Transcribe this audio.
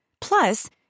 Plus